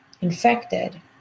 infected